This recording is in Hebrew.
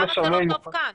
למה זה לא טוב כאן?